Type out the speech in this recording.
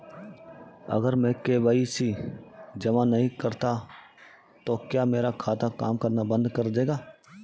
अगर मैं के.वाई.सी जमा नहीं करता तो क्या मेरा खाता काम करना बंद कर देगा?